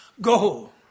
Go